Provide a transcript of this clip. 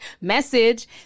message